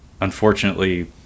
unfortunately